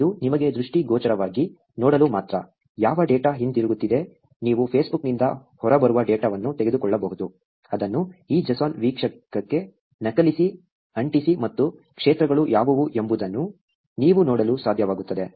ಇದು ನಿಮಗೆ ದೃಷ್ಟಿಗೋಚರವಾಗಿ ನೋಡಲು ಮಾತ್ರ ಯಾವ ಡೇಟಾ ಹಿಂತಿರುಗುತ್ತಿದೆ ನೀವು ಫೇಸ್ಬುಕ್ನಿಂದ ಹೊರಬರುವ ಡೇಟಾವನ್ನು ತೆಗೆದುಕೊಳ್ಳಬಹುದು ಅದನ್ನು ಈ JSON ವೀಕ್ಷಕಕ್ಕೆ ನಕಲಿಸಿ ಅಂಟಿಸಿ ಮತ್ತು ಕ್ಷೇತ್ರಗಳು ಯಾವುವು ಎಂಬುದನ್ನು ನೀವು ನೋಡಲು ಸಾಧ್ಯವಾಗುತ್ತದೆ